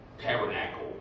tabernacle